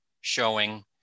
showing